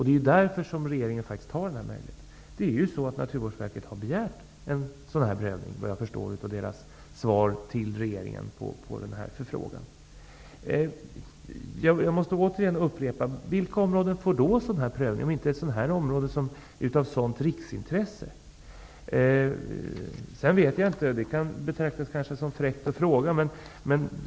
Det är därför som regeringen har möjligheter här. Naturvårdsverket har, såvitt jag förstår av dess svar till regeringen på gjorda förfrågan, begärt en prövning av ärendet. Återigen upprepar jag min fråga: Vilka områden skall komma i fråga för en prövning om inte ett område som Vedaområdet, som ju är av stort riksintresse? Det kanske betraktas som en fräckhet, men jag undrar hur det förhåller sig.